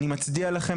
אני מצדיע לכם,